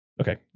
Okay